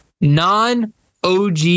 non-OG